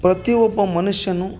ಪ್ರತಿ ಒಬ್ಬ ಮನುಷ್ಯನು